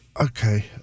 Okay